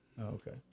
Okay